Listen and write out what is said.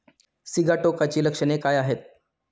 सिगाटोकाची लक्षणे काय आहेत?